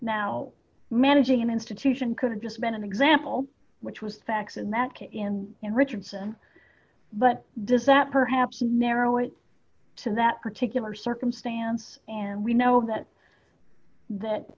now managing an institution could have just been an example which was the facts and that came in richardson but does that perhaps narrow it to that particular circumstance and we know that that